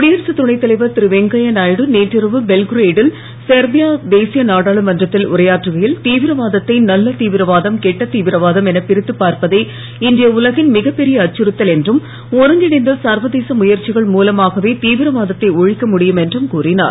குடியரசுத் துணைத் தலைவர் திரு வெங்கையா நாயுடு நேற்றிரவு பெல்கிரேடில் செர்பியா தேசிய நாடாளுமன்றத்தில் உரையாற்றுகையில் தீவிரவாததை நல்ல தீவிரவாதம் கெட்ட தீவிரவாதம் என பிரித்துப் பார்ப்பதே இன்றைய உலகின் மிகப் பெரிய அச்சறுத்தல் என்றும் ஒருங்கிணைந்த சர்வதேச முயற்சிகள் மூலமாகவே தீவிரவாதத்தை ஒழிக்க முடியும் என்றும் கூறினார்